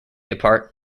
apart